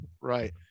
Right